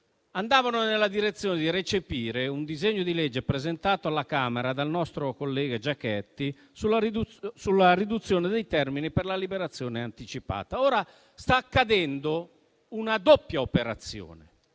andavano nella direzione di recepire un disegno di legge presentato alla Camera dal nostro collega Giachetti sulla riduzione dei termini per la liberazione anticipata. Ora sta accadendo una doppia operazione